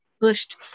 pushed